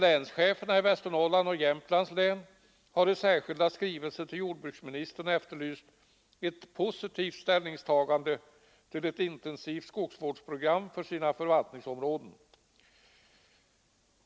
Länscheferna i Västernorrlands och Jämtlands län har i särskilda skrivelser till jordbruksministern efterlyst ett positivt ställningstagande till ett intensivt skogsvårdsprogram för sina förvaltningsområden.